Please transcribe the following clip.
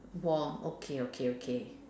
warm okay okay okay